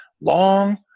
Long